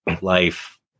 life